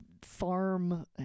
farm